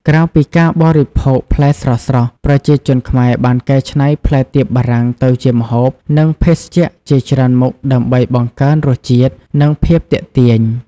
ក្រៅពីការបរិភោគផ្លែស្រស់ៗ ប្រជាជនខ្មែរបានកែច្នៃផ្លែទៀបបារាំងទៅជាម្ហូប និងភេសជ្ជៈជាច្រើនមុខដើម្បីបង្កើនរសជាតិ និងភាពទាក់ទាញ។